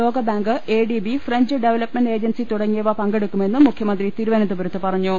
ലോകബാങ്ക് ADB French development agency തുടങ്ങി യവ പങ്കെടുക്കുമെന്നും മുഖ്യമന്ത്രി തിരുവനന്തപുരത്ത് പറഞ്ഞു